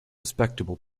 respectable